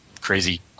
crazy